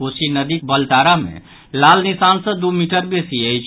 कोसी नदी बलतारा मे लाल निशान सँ दू मीटर बेसी अछि